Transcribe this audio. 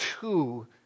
two